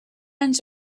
anys